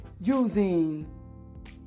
using